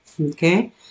Okay